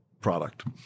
product